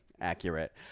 Accurate